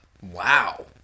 Wow